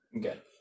Good